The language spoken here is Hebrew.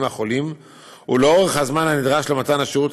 החולים ולאורך הזמן הנדרש למתן השירות,